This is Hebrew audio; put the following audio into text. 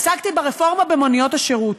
עסקתי ברפורמה במוניות השירות.